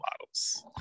Models